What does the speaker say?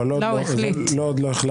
לא, לא עוד לא החלטתי.